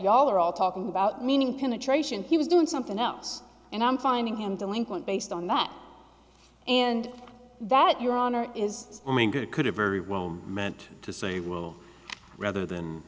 all or all talking about meaning penetration he was doing something else and i'm finding him delinquent based on that and that your honor is that it could have very well meant to say well rather than